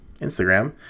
Instagram